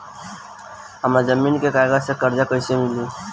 हमरा जमीन के कागज से कर्जा कैसे मिली?